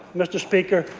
mr. speaker.